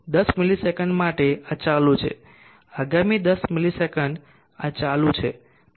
10 ms માટે આ ચાલુ છે આગામી 10ms આ ચાલુ છે